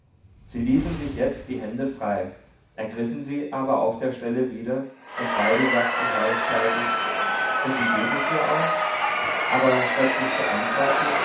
sie ließen sich jetzt die hände frei ergriffen sie aber auf der stelle wieder und beide sagten gleichzeitig und wie geht es dir auch aber statt sich zu antworten